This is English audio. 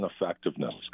effectiveness